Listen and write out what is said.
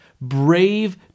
brave